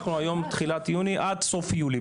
אנחנו היום תחילת יוני, עד סוף יולי.